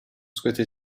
souhaité